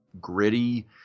gritty